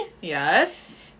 Yes